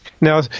Now